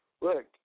Look